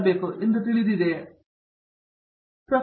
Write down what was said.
ಪ್ರತಾಪ್ ಹರಿಡೋಸ್ ನೀವು ನೋಡುತ್ತೀರಿ